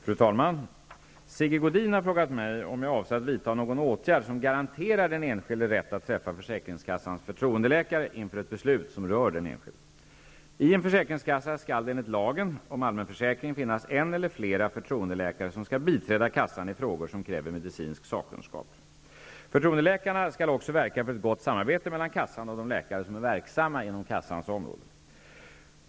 Fru talman! Sigge Godin har frågat mig om jag avser att vidta någon åtgärd som garanterar den enskilde rätt att träffa försäkringskassans förtroendeläkare inför ett beslut som rör den enskilde. I en försäkringskassa skall det enligt lagen om allmän försäkring finnas en eller flera förtroendeläkare som skall biträda kassan i frågor som kräver medicinsk sakkunskap. Förtroendeläkarna skall också verka för ett gott samarbete mellan kassan och de läkare som är verksamma inom kassans område.